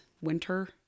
winter